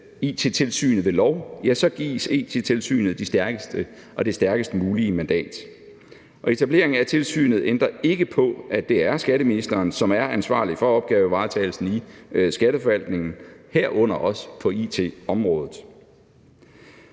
It-tilsynet ved lov gives It-tilsynet det stærkest mulige mandat. Etableringen af tilsynet ændrer ikke på, at det er skatteministeren, som er ansvarlig for opgavevaretagelsen i Skatteforvaltningen, herunder også på it-området.